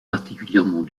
particulièrement